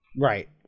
right